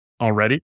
already